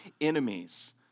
enemies